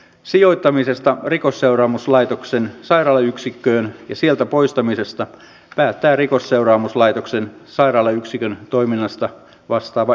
sijoittamisesta rikosseuraamuslaitoksen sairaalayksikköön ja sieltä poistamisesta päättää rikosseuraamuslaitoksen sairaalayksikön toiminnasta vastaava ylilääkäri